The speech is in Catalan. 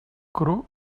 cru